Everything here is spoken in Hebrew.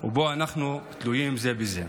ובו אנחנו תלויים זה בזה.